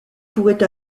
pourraient